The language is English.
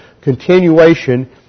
continuation